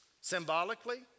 symbolically